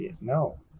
No